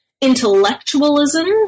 intellectualism